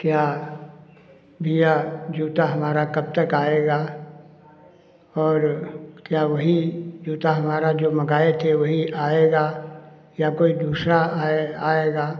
क्या भइया जूता हमारा कब तक आएगा और क्या वही जूता हमारा जो मंगाए थे वही आएगा या कोई दूसरा आए आएगा